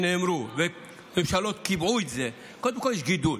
שנאמרו, וממשלות קיבעו את זה, קודם כול יש גידול.